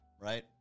Right